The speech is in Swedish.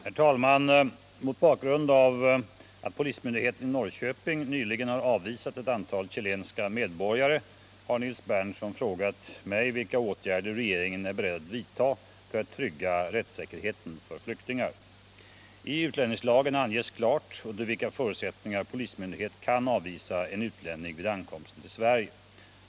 Herr talman! Mot bakgrund av att polismyndigheten i Norrköping nyligen har avvisat ett antal chilenska medborgare har Nils Berndtson frågat mig vilka åtgärder regeringen är beredd att vidta för att trygga rättssäkerheten för flyktingar. I utlänningslagen anges klart under vilka förutsättningar polismyn dighet kan avvisa en utlänning vid ankomsten till Sverige.